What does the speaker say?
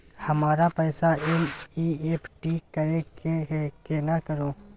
हमरा पैसा एन.ई.एफ.टी करे के है केना करू?